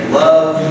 love